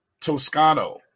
Toscano